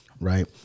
right